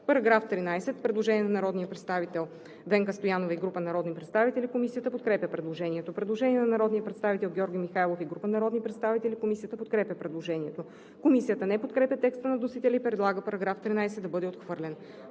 По § 13 има предложение на народния представител Венка Стоянова и група народни представители. Комисията подкрепя предложението. Предложение на народния представител Георги Михайлов и група народни представители. Комисията подкрепя предложението. Комисията не подкрепя текста на вносителя и предлага § 13 да бъде отхвърлен.